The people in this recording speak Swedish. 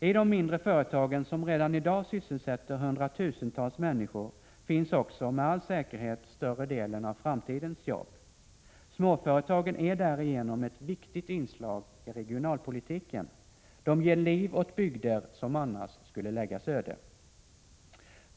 I de mindre företagen, som redan i dag sysselsätter hundratusentals människor, finns också med all säkerhet större delen av framtidens jobb. Småföretagen är därigenom ett viktigt inslag i regionalpolitiken. De ger liv åt bygder som annars skulle läggas öde.